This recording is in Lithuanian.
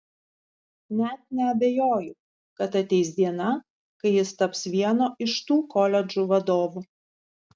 net neabejoju kad ateis diena kai jis taps vieno iš tų koledžų vadovu